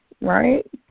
right